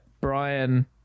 Brian